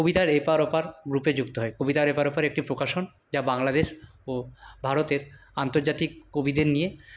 কবিতার এপার ওপার গ্রুপে যুক্ত হই কবিতার এপার ওপার একটি প্রকাশন যা বাংলাদেশ ও ভারতের আন্তর্জাতিক কবিদের নিয়ে